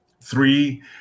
Three